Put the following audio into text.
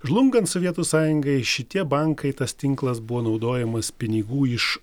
žlungant sovietų sąjungai šitie bankai tas tinklas buvo naudojamas pinigų iš